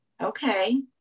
Okay